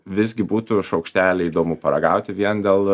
visgi būtų šaukštelį įdomu paragauti vien dėl